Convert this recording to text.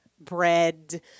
bread